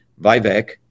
Vivek